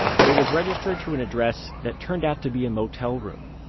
but it was registered to an address that turned out to be a motel room.